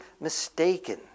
mistaken